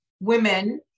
women